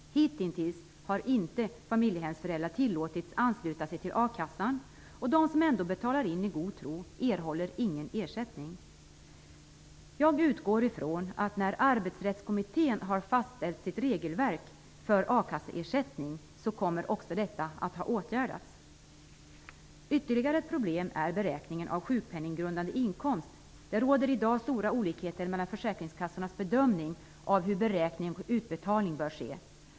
Hitintills har familjehemsföräldrar inte tillåtits ansluta sig till akassan, och de som ändå betalar in i god tro erhåller ingen ersättning. Jag utgår från att detta kommer att ha åtgärdats när Arbetsrättskommittén har fastställt sitt regelverk för a-kasseersättning. Ytterligare ett problem är beräkningen av sjukpenninggrundande inkomst. Det råder i dag stora olikheter mellan försäkringskassornas bedömning av hur beräkning och utbetalning bör ske.